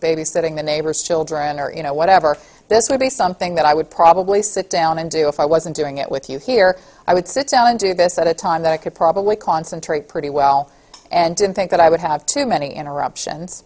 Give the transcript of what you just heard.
babysitting the neighbor's children or you know whatever this would be something that i would probably sit down and do if i wasn't doing it with you here i would sit down and do this at a time that i could probably concentrate pretty well and didn't think that i would have too many interruptions